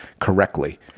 correctly